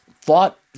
thought